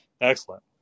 Excellent